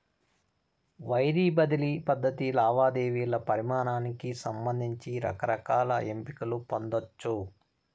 wire బదిలీ పద్ధతి లావాదేవీల పరిమానానికి సంబంధించి రకరకాల ఎంపికలు పొందచ్చు